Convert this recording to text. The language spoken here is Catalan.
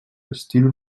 estil